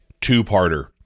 two-parter